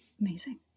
Amazing